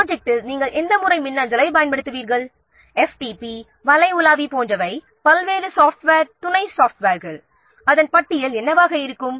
ப்ராஜெக்ட்டில் நாம் எந்த முறை மின்னஞ்சலை அல்லது சிஸ்டமை பயன்படுத்துவோம் FTP வெப் பிரௌஸர் பல்வேறு சாஃப்ட்வேர் துணை சாஃப்ட்வேர்கள் அதன் பட்டியலை தயாரிக்க வேண்டும்